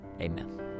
Amen